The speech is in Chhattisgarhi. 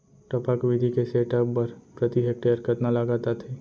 टपक विधि के सेटअप बर प्रति हेक्टेयर कतना लागत आथे?